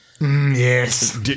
Yes